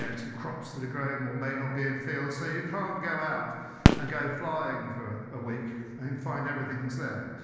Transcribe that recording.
ah to crops that are grown and or may not be in fields, so you can't go out and go flying for a week and i mean find everything that's there.